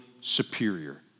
superior